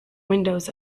windows